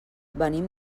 venim